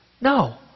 No